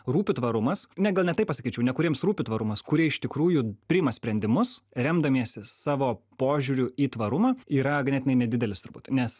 rūpi tvarumas ne gal ne taip pasakyčiau ne kuriems rūpi tvarumas kurie iš tikrųjų priima sprendimus remdamiesi savo požiūriu į tvarumą yra ganėtinai nedidelis turbūt nes